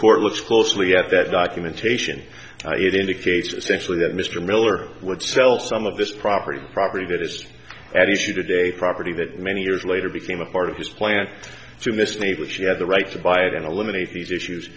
court looks closely at that documentation it indicates essentially that mr miller would sell some of this property the property that is at issue today property that many years later became a part of his plan to this neighbor she had the right to buy it and eliminate these issues